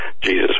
Jesus